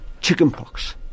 chickenpox